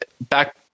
back